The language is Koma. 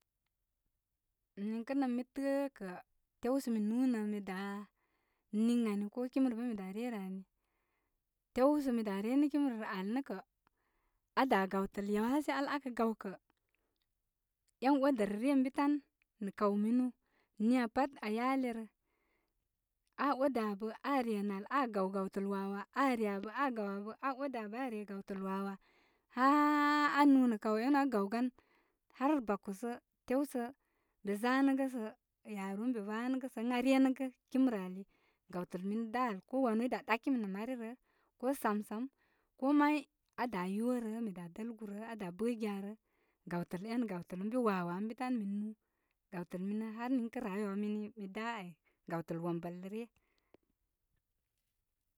Niŋkə nə' ən mi tə'ə' kə' tew sə mi nūūnə mi daa ən nin ani ko kim rə bə mi daa re rə ani. Tew sə mi daa re nə' kim rərə ali nə' kə', aa daa gawtəl yawase al aa kə' gawkə' en odərə ryə ən bi tan nə' kaw minu. Niya pat aa yale rə. A'a' odə abə, āā re nə al, āā gaw gawtəl wawa, āā re abə aa gaw abə aa odə abə āā re gawtəl wawa haa āā nūū nā kaw enu āā gawgan. Har ba kosə, tewsə beza nəgə' sə yaru ən be zan ə ə āā renəgə kim rə ali. Gawtəl minə da al kowa nu i daa dakimi nə mari rə, ko samsəm, ko may āā daa yorə, mi daa dəlgu rə'ə, aa daa bə' giya rə. Gawtəl enə' gawtəl onbi wawa ən bi tan. Mi gawtəl minə har nin kə rayuwa mini mi daa ai. Gawtəl wombəl rə ryə.